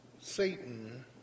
Satan